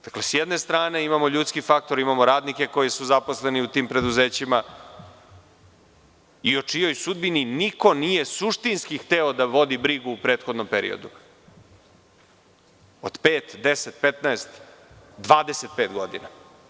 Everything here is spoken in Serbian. Dakle, s jedne strane imamo ljudski faktor, imamo radnike koji su zaposleni u tim preduzećima i o čijoj sudbini niko nije suštinski hteo da vodi brigu u prethodnom periodu, od pet, deset, petnaest, dvadeset i pet godina.